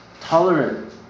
tolerant